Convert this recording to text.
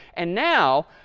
and now,